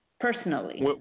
personally